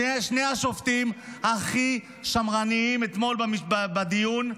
שני השופטים הכי שמרנים תקפו אתמול בדיון,